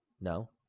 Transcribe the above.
no